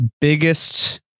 biggest